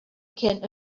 can